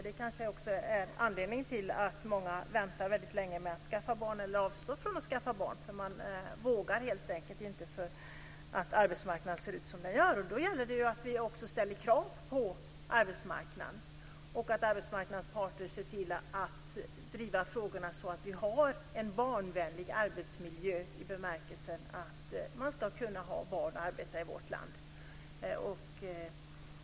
Det kan vara anledningen till att många väntar väldigt länge med att skaffa barn eller avstår från att skaffa barn. Man vågar helt enkelt inte, på grund av att arbetsmarknaden ser ut som den gör. Då gäller det att vi ställer krav på arbetsmarknaden och att arbetsmarknadens parter ser till att driva frågorna på så sätt att vi får en barnvänlig arbetsmiljö. Man ska både kunna ha barn och arbeta i vårt land.